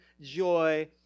joy